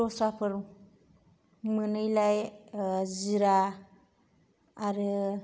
दस्राफोर मोनैलाय जिरा आरो